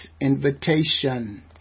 invitation